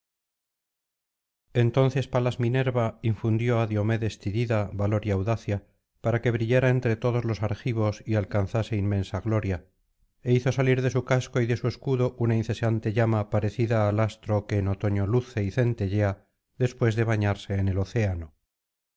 entonces palas minerva infundió á diomedes tidida valor y audacia para que brillara entre todos los argivos y alcanzase inmensa gloria é hizo salir de su casco y de su escudo una incesante llama parecida al astro que en otoño luce y centellea después de bañarse en el océano